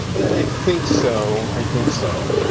i think so. i think so.